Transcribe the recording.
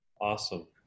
Awesome